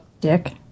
Dick